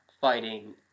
fighting